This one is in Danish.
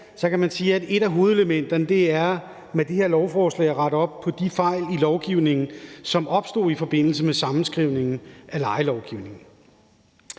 så kan man sige, at et af hovedelementerne i det her lovforslag er at rette op på de fejl i lovgivningen, som opstod i forbindelse med sammenskrivningen af lejelovgivningen.